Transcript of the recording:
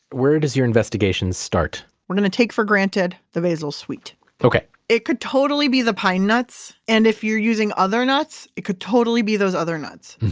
where does your investigation start? we're going to take for granted the basil's sweet okay it could totally be the pine nuts, and if you're using other nuts, it could totally be those other nuts.